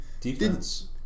defense